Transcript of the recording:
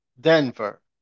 Denver